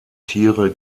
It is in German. tiere